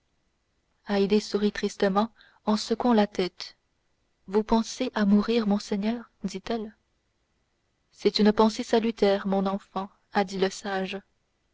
haydée sourit tristement en secouant la tête vous pensez à mourir mon seigneur dit-elle c'est une pensée salutaire mon enfant a dit le sage